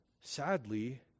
sadly